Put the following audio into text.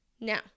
Now